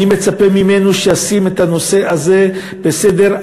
אני מצפה ממנו שישים את הנושא הזה בעדיפות,